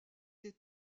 des